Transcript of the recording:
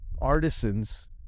artisans